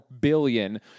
billion